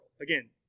Again